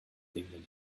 dignity